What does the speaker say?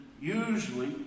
usually